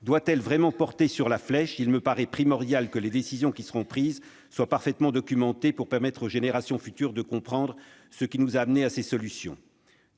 doit-elle vraiment porter sur la flèche ? Il me paraît primordial que les décisions qui seront prises soient parfaitement documentées pour permettre aux générations futures de comprendre ce qui nous a amenés à ces solutions.